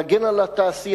להגן על התעשיינים.